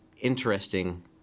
interesting